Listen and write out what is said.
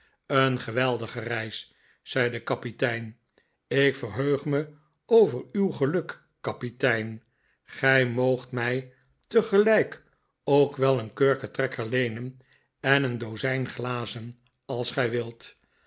een geweldige reis zei de kapitein ik verheug me over uw geluk kapitein gij moogt mij tegelijk ook wel een kurkentrekker leepen en een dozijn glazen als gij wilt